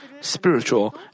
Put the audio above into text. spiritual